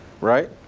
right